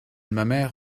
mamère